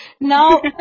Now